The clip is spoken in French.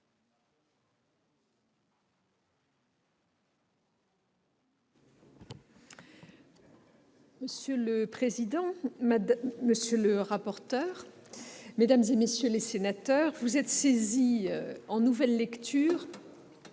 Monsieur le président, monsieur le rapporteur, mesdames, messieurs les sénateurs, vous êtes saisis en nouvelle lecture